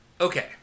Okay